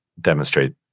demonstrate